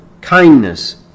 kindness